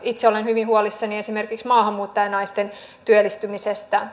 itse olen hyvin huolissani esimerkiksi maahanmuuttajanaisten työllistymisestä